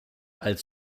als